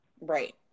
right